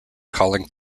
calling